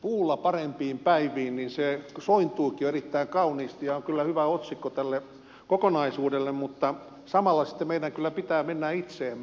puulla parempiin päiviin se sointuukin jo erittäin kauniisti ja on kyllä hyvä otsikko tälle kokonaisuudelle mutta samalla sitten meidän kyllä pitää mennä itseemme